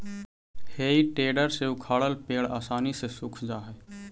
हेइ टेडर से उखाड़ल पेड़ आसानी से सूख जा हई